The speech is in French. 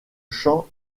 champ